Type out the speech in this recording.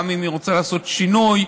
גם אם היא רוצה לעשות שינוי,